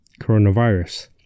coronavirus